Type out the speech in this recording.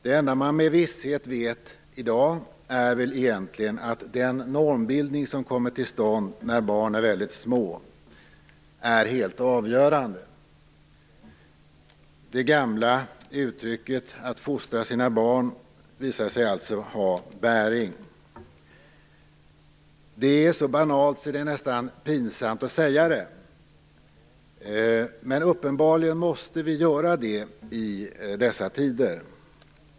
Det enda man med visshet vet i dag är att den normbildning som kommer till stånd när barn är väldigt små är helt avgörande. Det gamla uttrycket "att fostra sina barn" visar sig alltså ha bäring. Det är så banalt att det nästan är pinsamt att säga, men uppenbarligen måste vi göra det i dessa tider.